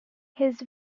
his